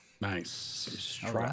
Nice